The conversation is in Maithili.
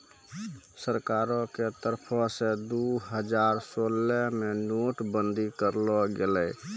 सरकारो के तरफो से दु हजार सोलह मे नोट बंदी करलो गेलै